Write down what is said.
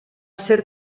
ser